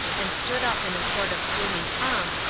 and stood up in a sort of gloomy pomp,